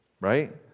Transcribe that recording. right